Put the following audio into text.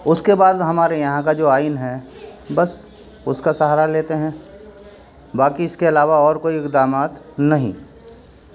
اس کے بعد ہمارے یہاں کا جو آئین ہے بس اس کا سہارا لیتے ہیں باقی اس کے علاوہ اور کوئی اقدامات نہیں